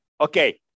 Okay